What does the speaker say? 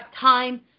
time